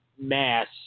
mass